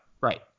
right